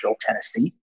Tennessee